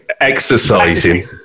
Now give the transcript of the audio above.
exercising